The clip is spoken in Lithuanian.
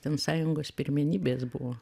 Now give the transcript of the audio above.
ten sąjungos pirmenybės buvo